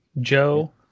Joe